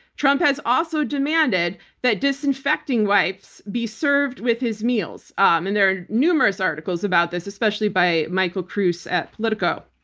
trump has also demanded that disinfecting wipes be served with his meals. and there are numerous articles about this, especially by michael kruse at politico.